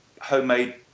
homemade